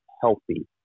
healthy